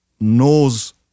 knows